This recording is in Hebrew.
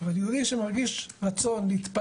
היינו צריכים להביא עוד קרב ל-150 שוטרים.